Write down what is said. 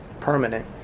permanent